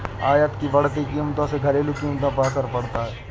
आयात की बढ़ती कीमतों से घरेलू कीमतों पर असर पड़ता है